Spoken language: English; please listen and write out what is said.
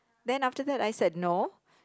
then after that I said no